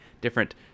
different